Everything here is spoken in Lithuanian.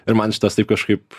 ir man šitas taip kažkaip